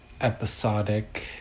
episodic